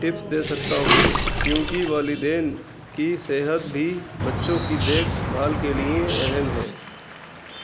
tips دے سکتا ہوں کیونکہ والدین کی صحت بھی بچوں کی دیکھ بھال کے لیے اہم ہے